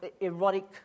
erotic